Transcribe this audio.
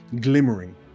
glimmering